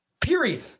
Period